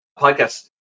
podcast